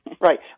Right